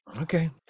Okay